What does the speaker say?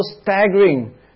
staggering